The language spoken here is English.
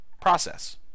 process